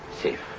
safe